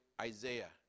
Isaiah